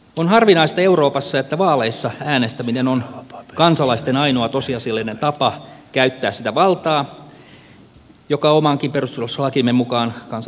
on harvinaista euroopassa että vaaleissa äänestäminen on kansalaisten ainoa tosiasiallinen tapa käyttää sitä valtaa joka omankin perustuslakimme mukaan kansalle kuuluu